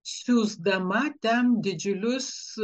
siųsdama ten didžiulius